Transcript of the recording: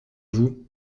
vous